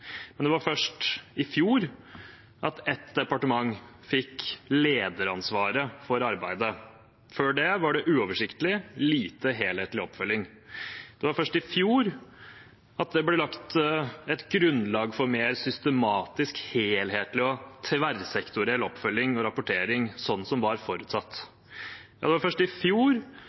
men det var først i fjor at ett departement fikk lederansvaret for arbeidet. Før det var det uoversiktlig og lite helhetlig oppfølging. Det var først i fjor at det ble lagt et grunnlag for mer systematisk helhetlig og tverrsektoriell oppfølging og rapportering, slik det var forutsatt. Det var først i fjor